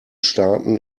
staaten